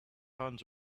hands